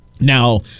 Now